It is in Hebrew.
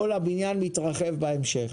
וכל הבניין מתרחב בהמשך.